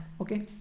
okay